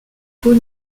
peau